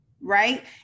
right